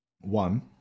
one